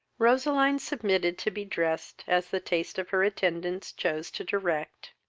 roseline submitted to be dressed as the taste of her attendants chose to direct.